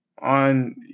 on